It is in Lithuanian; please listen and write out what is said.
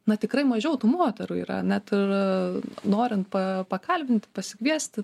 na tikrai mažiau tų moterų yra net ir norint pa pakalbinti pasikviesti